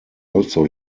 also